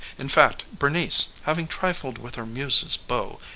in fact, bernice, having trifled with her muse's beau,